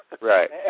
Right